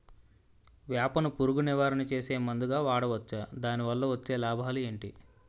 వేప ను పురుగు నివారణ చేసే మందుగా వాడవచ్చా? దాని వల్ల వచ్చే లాభాలు ఏంటి?